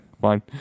Fine